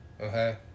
Okay